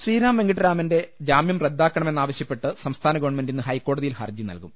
ശ്രീറാം വെങ്കിട്ടരാമന്റെ ജാമ്യം റദ്ദാക്കണമെന്നാവശ്യപ്പെട്ട് സംസ്ഥാന ഗവൺമെന്റ് ഇന്ന് ഹൈക്കോടതിയിൽ ഹർജി നൽകും